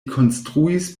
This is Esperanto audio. konstruis